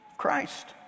Christ